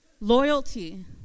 loyalty